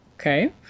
Okay